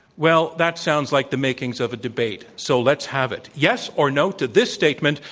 well, that sounds like the makings of a debate. so, let's have it. yes or no to this statement,